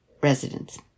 residents